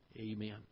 Amen